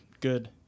Good